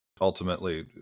ultimately